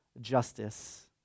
justice